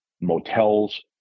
motels